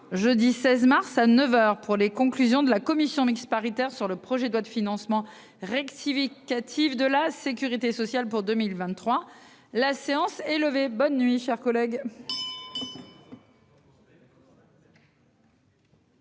jeudi 16 mars à 9h pour les conclusions de la commission mixte paritaire sur le projet de loi de financement rectificatif de la Sécurité sociale pour 2023, la séance est levée. Bonne nuit cher collègue.